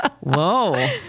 whoa